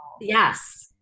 Yes